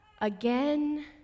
Again